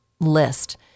list